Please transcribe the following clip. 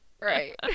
Right